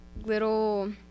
little